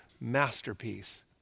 masterpiece